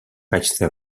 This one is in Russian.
качестве